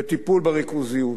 בטיפול בריכוזיות,